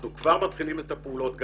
אנחנו כבר מתחילים בפעולות.